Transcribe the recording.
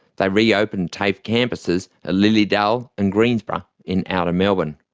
they reopened tafe campuses at lilydale and greensborough in outer melbourne,